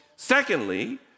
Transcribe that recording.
Secondly